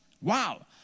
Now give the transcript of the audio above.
Wow